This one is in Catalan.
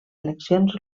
eleccions